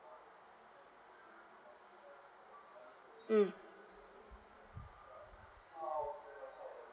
mm